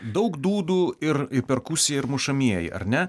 daug dūdų ir perkusija ir mušamieji ar ne